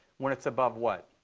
when it's above what,